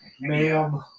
Ma'am